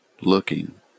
looking